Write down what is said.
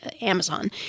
Amazon